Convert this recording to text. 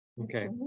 Okay